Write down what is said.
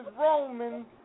Roman